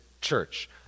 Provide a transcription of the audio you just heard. church